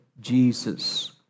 Jesus